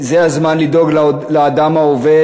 5. אמרת כי זה הזמן לדאוג לאדם העובד,